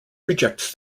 rejects